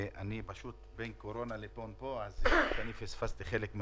אם אין גנים ואי אפשר לשלוח את הילדים לגנים,